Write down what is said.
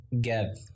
get